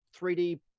3D